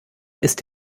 ist